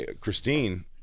Christine